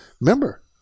Remember